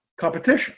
competition